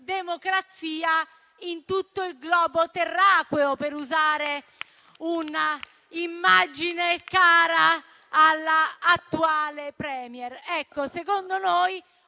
democrazia in tutto il globo terracqueo, per usare una immagine cara all'attuale *Premier*. Secondo noi,